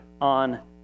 on